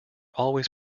always